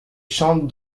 chante